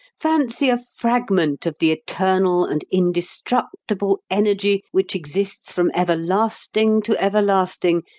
fancy a fragment of the eternal and indestructible energy, which exists from everlasting to everlasting,